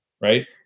right